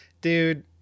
dude